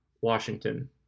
Washington